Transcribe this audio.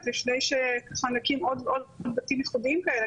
לפני שנקים עוד ועוד בתים ייחודיים כאלה.